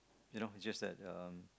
you know just that um